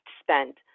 spent